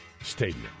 Stadium